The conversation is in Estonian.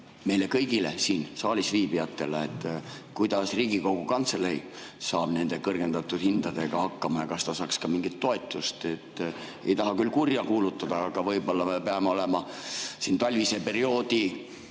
meile kõigile siin saalis viibijatele. Kuidas Riigikogu Kantselei saab nende kõrgendatud hindadega hakkama ja kas ta saaks ka mingit toetust? Ei taha küll kurja kuulutada, aga võib-olla me peame olema talvisel perioodil